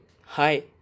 Hi